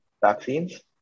vaccines